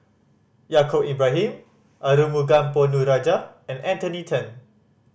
Yaacob Ibrahim Arumugam Ponnu Rajah and Anthony Then